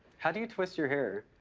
how do you twist your hair?